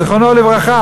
זיכרונו לברכה,